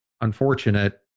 unfortunate